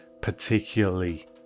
particularly